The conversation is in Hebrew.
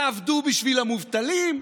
תעבדו בשביל המובטלים,